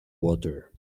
water